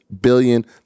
billion